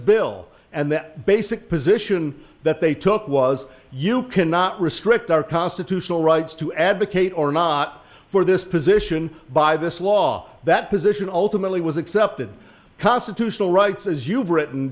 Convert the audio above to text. bill and that basic position that they took was you cannot restrict our constitutional rights to advocate or not for this position by this law that position ultimately was accepted constitutional rights as you've written